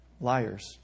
Liars